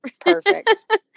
Perfect